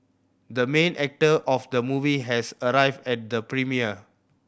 the main actor of the movie has arrived at the premiere